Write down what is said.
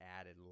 added